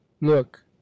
Look